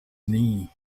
knee